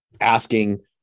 asking